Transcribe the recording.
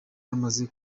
yamaze